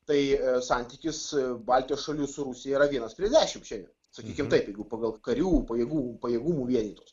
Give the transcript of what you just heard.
tai santykis baltijos šalių su rusija yra vienas prie dešimt šiandien sakykim taip jeigu pagal karių pajėgų pajėgumų vienetus